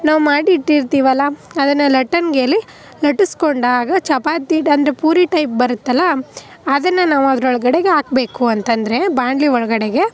ನಾವು ಮಾಡಿಟ್ಟಿರ್ತೀವಲ್ಲ ಅದನ್ನು ಲಟ್ಟಣಿಗೆಯಲ್ಲಿ ಲಟ್ಟಿಸ್ಕೊಂಡಾಗ ಚಪಾತಿ ಅಂದರೆ ಪೂರಿ ಟೈಪ್ ಬರತ್ತಲ ಅದನ್ನೆ ನಾವು ಅದರೊಳ್ಗಡೆಗೆ ಹಾಕಬೇಕು ಅಂತ ಅಂದ್ರೆ ಬಾಣಲಿ ಒಳಗಡೆಗೆ